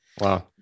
wow